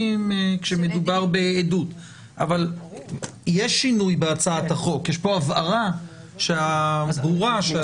אבל כן יש שינוי של המצב בהצעת החוק: יש בה הבהרה ברורה שהיא